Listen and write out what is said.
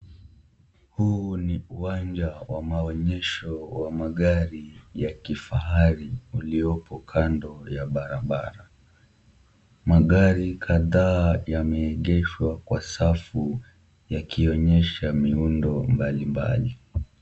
Huu ni uwanja wa maonyesha wa magari ya kifahari uliopo kando ya barabara, magari kadha yameegeshwa kwa safu yakionyesha miundo mbalimbali.